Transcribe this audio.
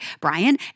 Brian